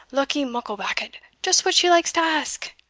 luckie mucklebackit, just what she likes to ask?